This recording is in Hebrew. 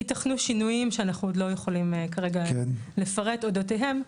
יתכנו שינויים שאנחנו עוד לא יכולים כרגע לפרט אודותיהם.